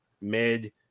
mid